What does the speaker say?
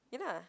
ya lah